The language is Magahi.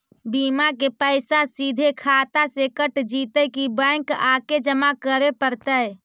बिमा के पैसा सिधे खाता से कट जितै कि बैंक आके जमा करे पड़तै?